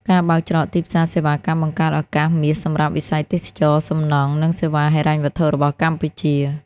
ការបើកច្រកទីផ្សារសេវាកម្មបង្កើតឱកាសមាសសម្រាប់វិស័យទេសចរណ៍ សំណង់ និងសេវាហិរញ្ញវត្ថុរបស់កម្ពុជា។